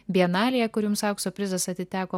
bienalėje kur jums aukso prizas atiteko